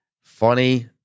Funny